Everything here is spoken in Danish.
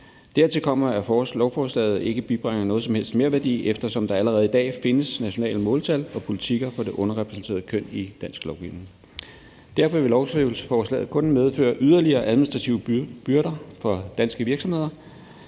Dertil kommer, at lovforslaget ikke bibringer noget som helst merværdi, eftersom der allerede i dag findes nationale måltal og politikker på det underrepræsenterede køn i dansk lovgivning. Derfor vil lovforslaget kun medføre yderligere administrative byrder for danske virksomheder.